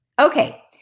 Okay